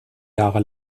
jahre